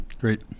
Great